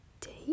date